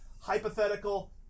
hypothetical